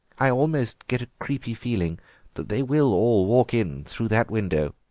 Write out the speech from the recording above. i almost get a creepy feeling that they will all walk in through that window